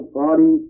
body